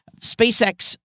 SpaceX